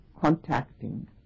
contacting